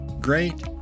great